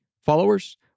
followers